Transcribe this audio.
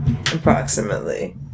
approximately